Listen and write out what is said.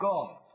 God